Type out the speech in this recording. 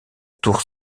tour